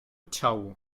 ciało